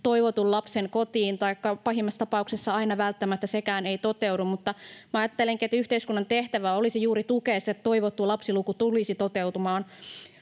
toivotun lapsen kotiin, taikka pahimmassa tapauksessa aina välttämättä sekään ei toteudu. Ajattelenkin, että yhteiskunnan tehtävä olisi juuri tukea sitä, että toivottu lapsiluku tulisi toteutumaan,